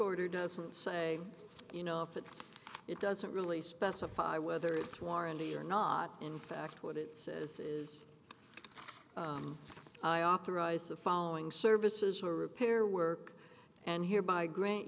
order doesn't say you know if it's it doesn't really specify whether it's warranty or not in fact what it says is i authorize the following services for repair work and here by grant